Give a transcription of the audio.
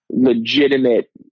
legitimate